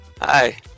Hi